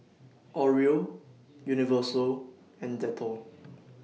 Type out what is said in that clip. Oreo Universal and Dettol